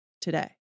today